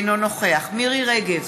אינו נוכח מירי רגב,